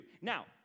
Now